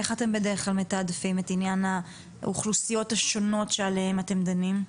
איך אתם בדרך כלל מתעדפים את עניין האוכלוסיות השונות שעליהן אתם דנים?